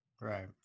right